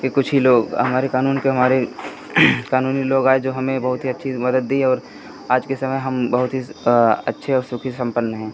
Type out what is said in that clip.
के कुछ ही लोग हमारे क़ानून के हमारे क़ानूनी लोग आए जो हमें बहुत ही अच्छी मदद दी और आज के समय हम बहुत ही अच्छे और सुखी सम्पन्न हैं